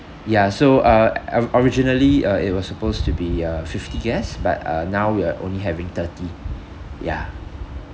ya so uh I've originally uh it was supposed to be uh fifty guests but uh now we are only having thirty ya